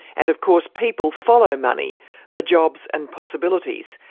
and of course people follow money for jobs and possibilities.